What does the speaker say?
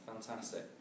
Fantastic